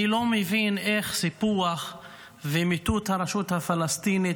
אני לא מבין איך סיפוח ומיטוט הרשות הפלסטינית